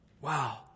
Wow